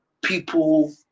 people